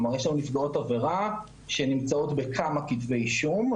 כלומר יש לנו נפגעות עבירה שנמצאות בכמה כתבי אישום,